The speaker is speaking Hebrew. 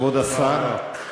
כבוד השר,